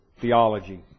theology